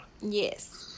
yes